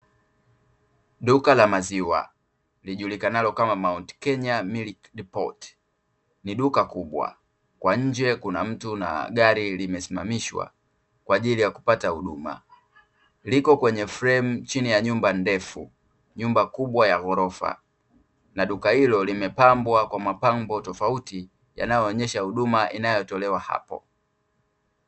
Duka la maziwa lijulikanalo kama Mount Kenya Milk Depot ni duka kubwa, kwa nje kuna mtu na gari limesimamishwa kwa ajili ya kupata huduma. Liko kwenye fremu, chini ya nyumba ndefu, nyumba kubwa ya ghorofa na duka hilo limepambwa kwa mabango tofauti yanayoonyesha huduma inayotolewa hapo.